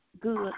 good